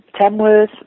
Tamworth